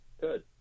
good